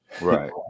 right